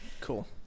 cool